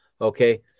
okay